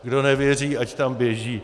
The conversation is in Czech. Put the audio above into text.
Kdo nevěří, ať tam běží.